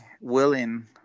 willing